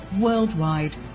Worldwide